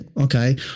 okay